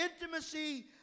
intimacy